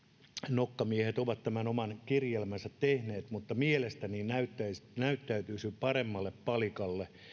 nokkamiehet ovat tämän oman kirjelmänsä tehneet mutta mielestäni näyttäytyisi paremmalle palikalle